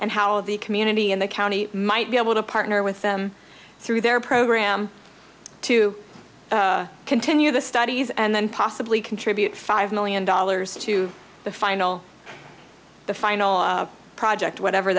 and how the community and the county might be able to partner with them through their program to continue the studies and then possibly contribute five million dollars to the final the final project whatever